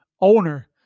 owner